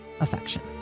affection